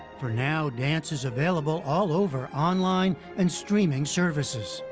for now, dance is available all over online and streaming services.